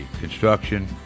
construction